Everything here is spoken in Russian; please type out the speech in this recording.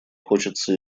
хочется